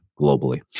globally